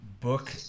book